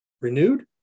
renewed